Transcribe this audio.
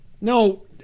No